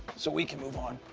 so, we can move on.